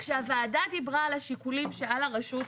כשהוועדה דיברה על השיקולים שעל הרשות,